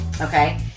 Okay